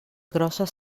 grosses